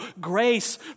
grace